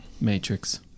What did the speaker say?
Matrix